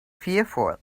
fearful